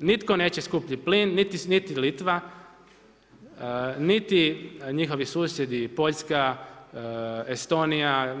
Nitko neće skuplji plin, niti Litva, niti njihovi susjedi Poljska, Estonija,